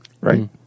right